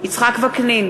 יצחק וקנין,